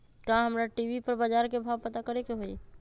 का हमरा टी.वी पर बजार के भाव पता करे के होई?